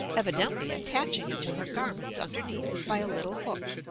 evidently attaching it to her garments underneath by a little hook.